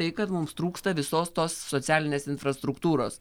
tai kad mums trūksta visos tos socialinės infrastruktūros